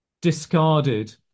discarded